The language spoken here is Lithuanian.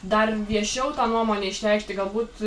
dar viešiau tą nuomonę išreikšti galbūt